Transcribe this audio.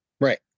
Right